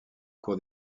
cours